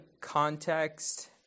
context